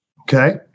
Okay